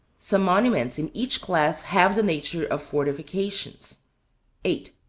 some monuments in each class have the nature of fortifications eight,